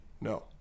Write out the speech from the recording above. No